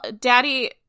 daddy